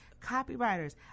copywriters